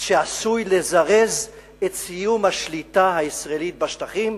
שעשוי לזרז את סיום השליטה הישראלית בשטחים.